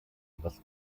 was